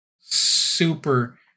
super